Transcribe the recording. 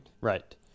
Right